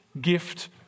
gift